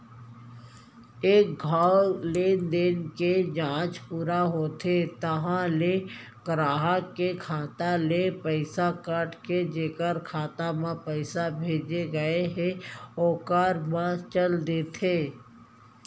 एक घौं लेनदेन के जांच पूरा होथे तहॉं ले गराहक के खाता ले पइसा कट के जेकर खाता म पइसा भेजे गए हे ओकर म चल देथे